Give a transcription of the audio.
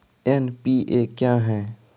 NPA क्या हैं?